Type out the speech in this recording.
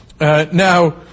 Now